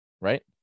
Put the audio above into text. right